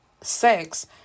sex